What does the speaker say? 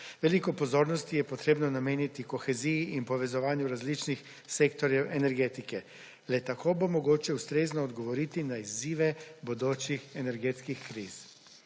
Veliko pozornosti je potrebno nameniti koheziji in povezovanju različnih sektorjev energetike le tako bo mogoče ustrezno odgovoriti na izzive bodočih energetskih kriz.